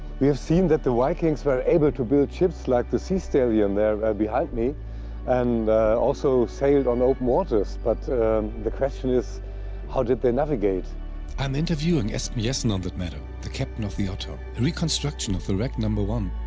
we have seen that the vikings were able to build ships like the sea stallion there behind me and also sailed on open waters, but the question is how did they navigate? i am interviewing esben jessen on that matter, the captain of the ottar. a reconstruction of the wreck number one,